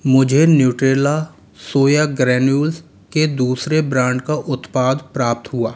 मुझे Nutrela soya granules के दूसरे ब्रांड का उत्पाद प्राप्त हुआ